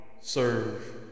serve